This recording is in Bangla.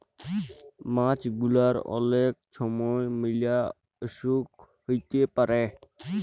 মাছ গুলার অলেক ছময় ম্যালা অসুখ হ্যইতে পারে